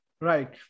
Right